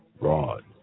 Rod